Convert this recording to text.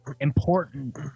important